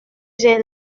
j’ai